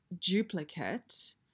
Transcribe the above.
Duplicate